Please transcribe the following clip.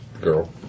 Girl